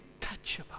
touchable